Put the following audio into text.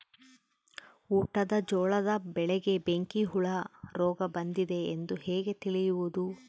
ಊಟದ ಜೋಳದ ಬೆಳೆಗೆ ಬೆಂಕಿ ಹುಳ ರೋಗ ಬಂದಿದೆ ಎಂದು ಹೇಗೆ ತಿಳಿಯುವುದು?